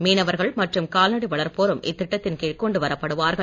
மீனவர்கள் மற்றும் கால்நடை வளர்ப்போரும் இத்திட்டத்தின் கீழ் கொண்டுவரப் படுவார்கள்